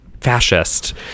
fascist